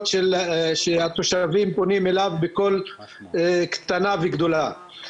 שהתושבים פונים אליו בכל קטנה וגדולה.